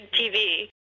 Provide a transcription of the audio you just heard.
TV